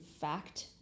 fact